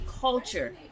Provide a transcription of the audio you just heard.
Culture